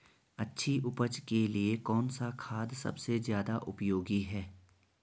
अच्छी उपज के लिए कौन सा खाद सबसे ज़्यादा उपयोगी है?